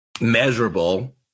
measurable